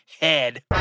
head